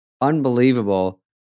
unbelievable